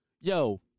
Yo